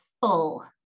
full